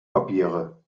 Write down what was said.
papiere